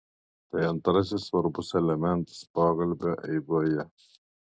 tai antrasis svarbus elementas pokalbio eigoje